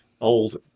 old